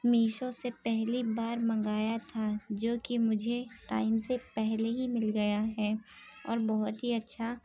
میشو سے پہلی بار منگایا تھا جو کہ مجھے ٹائم سے پہلے ہی مل گیا ہے اور بہت ہی اچّھا